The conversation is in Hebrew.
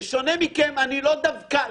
בשונה מכן, אני לא דווקן.